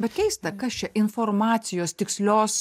bet keista kas čia informacijos tikslios